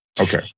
Okay